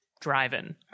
driving